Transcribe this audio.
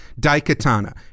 Daikatana